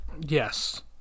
Yes